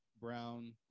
Brown